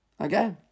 Okay